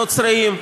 נוצרים,